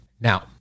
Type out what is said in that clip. Now